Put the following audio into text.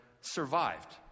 survived